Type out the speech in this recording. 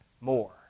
more